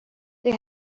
they